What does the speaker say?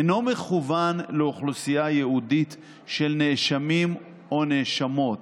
אינו מכוון לאוכלוסייה ייעודית של נאשמים או נאשמות.